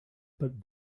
but